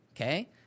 okay